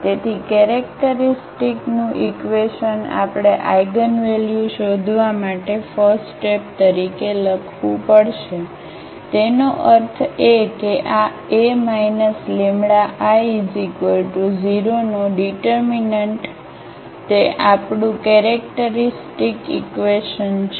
તેથી કેરેક્ટરિસ્ટિકનું ઈક્વેશન આપણે આઇગનવેલ્યુ શોધવા માટે ફર્સ્ટ સ્ટૉપ તરીકે લખવું પડશે તેનો અર્થ એ કે આ A λI0 નો ડીટરમીનન્ટતે આપણું કેરેક્ટરિસ્ટિકનું ઈક્વેશન છે